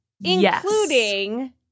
including